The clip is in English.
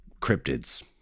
cryptids